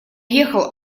ехал